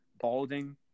balding